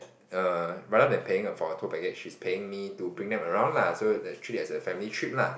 err rather than paying then for a tour package she's paying me to bring them around lah so treat it as a family trip lah